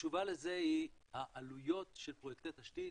התשובה לזה היא שהעלויות של פרויקטי תשתית,